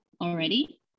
already